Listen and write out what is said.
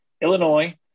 Illinois